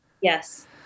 Yes